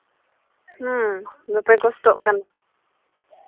ᱦᱮᱸ ᱵᱟᱯᱮ ᱠᱚᱥᱴᱚᱜ ᱠᱟᱱᱟ